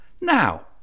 Now